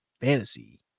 Fantasy